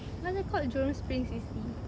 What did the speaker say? what's that called jurong spring C_C